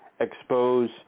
expose